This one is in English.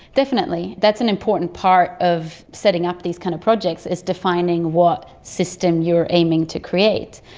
definitely, that's an important part of setting up these kind of projects, is defining what system you're aiming to create.